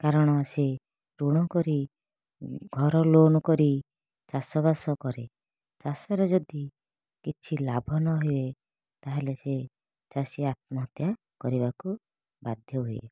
କାରଣ ସେ ଋଣ କରି ଘର ଲୋନ୍ କରି ଚାଷବାସ କରେ ଚାଷରେ ଯଦି କିଛି ଲାଭ ନ ହୁଏ ତା'ହେଲେ ସେ ଚାଷୀ ଆତ୍ମହତ୍ୟା କରିବାକୁ ବାଧ୍ୟ ହୁଏ